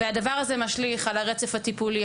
והדבר הזה משליך על הרצף הטיפולי,